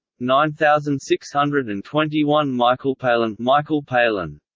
nine thousand six hundred and twenty one michaelpalin michaelpalin